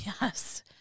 Yes